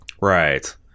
Right